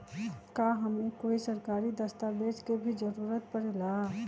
का हमे कोई सरकारी दस्तावेज के भी जरूरत परे ला?